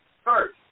First